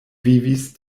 vivis